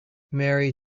mary